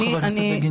מייד, חבר הכנסת בגין.